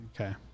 Okay